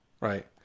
Right